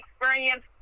experience